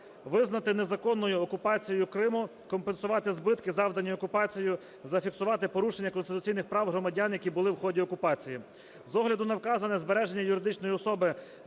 визнати незаконною окупацію Криму; компенсувати збитки завдані окупацією; зафіксувати порушення конституційних прав громадян, які були в ході окупації. З огляду на вказане, збереження юридичної особи